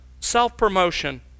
Self-promotion